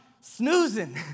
snoozing